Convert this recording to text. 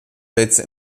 plätze